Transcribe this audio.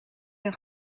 een